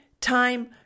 time